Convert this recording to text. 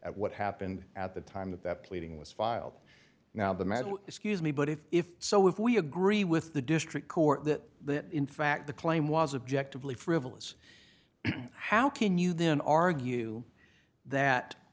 at what happened at the time that that pleading was filed now the matter excuse me but if if so if we agree with the district court that in fact the claim was objectively frivolous how can you then argue that